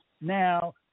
Now